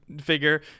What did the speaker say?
figure